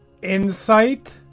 Insight